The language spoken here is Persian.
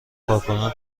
کارکنان